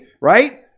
right